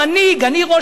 אני ראש הממשלה,